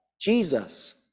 Jesus